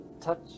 touch